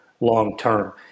long-term